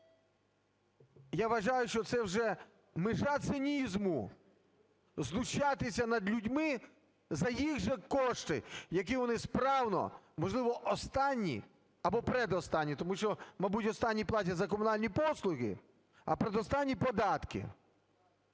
Я вважаю, що це вже межа цинізму - знущатися над людьми за їх же кошти, які вони справно, можливо, останні або передостанні, тому що, мабуть, останні платять за комунальні послуги, а передостанні - податки